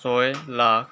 ছয় লাখ